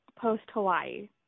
post-Hawaii